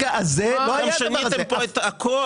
שיניתם פה את הכול.